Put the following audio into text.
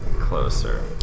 Closer